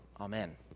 Amen